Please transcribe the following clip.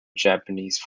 japanese